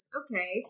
okay